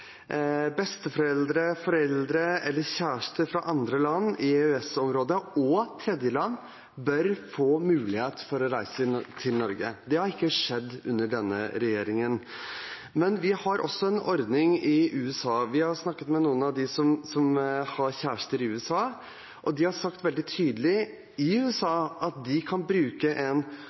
besteforeldre, foreldre eller kjærester fra andre land i EØS-området, og tredjeland, bør få mulighet for å reise til Norge. Det har ikke skjedd under denne regjeringen. Men vi har også en ordning i USA. Vi har snakket med noen av dem som har en kjæreste i USA, og de har sagt veldig tydelig – i USA – at de kan bruke et apostillemerke for at en